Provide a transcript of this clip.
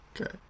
Okay